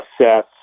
assess